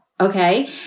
Okay